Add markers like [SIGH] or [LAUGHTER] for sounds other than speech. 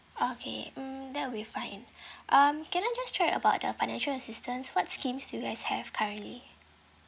okay hmm that'll be fine [BREATH] um can I just check about the financial assistance what schemes you guys have currently